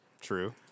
True